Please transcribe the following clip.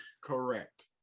correct